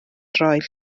droed